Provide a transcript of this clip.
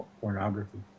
pornography